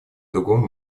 другом